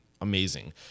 amazing